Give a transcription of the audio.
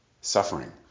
Suffering